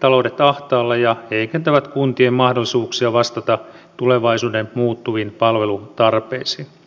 taloudet ahtaalle ja heikentävät kuntien mahdollisuuksia vastata tulevaisuuden muuttuviin palvelutarpeisiin